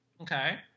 Okay